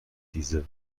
diese